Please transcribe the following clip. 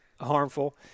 harmful